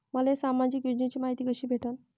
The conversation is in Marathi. मले सामाजिक योजनेची मायती कशी भेटन?